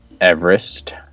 Everest